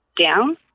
down